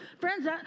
Friends